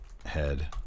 head